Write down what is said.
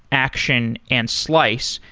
action and slice,